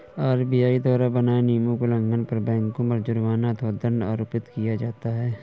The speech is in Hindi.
आर.बी.आई द्वारा बनाए नियमों के उल्लंघन पर बैंकों पर जुर्माना अथवा दंड आरोपित किया जाता है